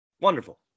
Wonderful